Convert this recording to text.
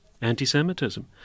anti-Semitism